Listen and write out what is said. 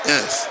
Yes